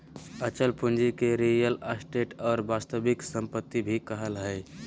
अचल पूंजी के रीयल एस्टेट और वास्तविक सम्पत्ति भी कहइ हइ